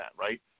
right